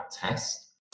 test